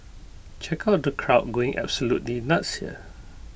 check out the crowd going absolutely nuts here